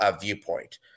viewpoint